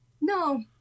no